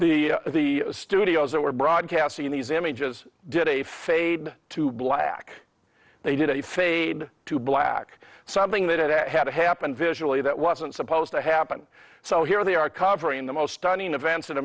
the the studios that were broadcasting these images did a fade to black they did a faded to black something that had happened visually that wasn't supposed to happen so here they are covering the most stunning events in